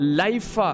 life